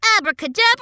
Abracadabra